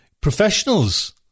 professionals